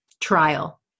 trial